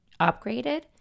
upgraded